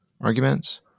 arguments